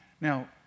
Now